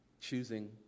choosing